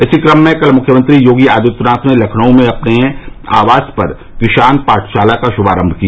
इसी कम में कल मुख्यमंत्री योगी आदित्यनाथ ने लखनऊ में अपने आवास पर किसान पाठशाला का शुभारम्म किया